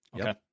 Okay